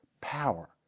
power